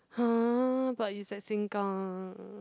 !huh! but it's at Sengkang